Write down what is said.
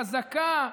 חזקה.